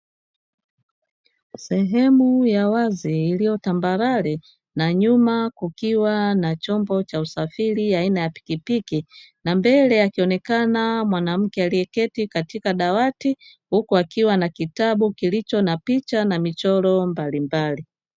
Sehemu ya wazi iliyotambarare na nyuma kukiwa na chombo cha usafiri aina ya pikipiki, na mbele akionekana mwanamke aliyeketi katika dawati, huku akiwa na kitabu kilicho na picha na michoro mbalimbali.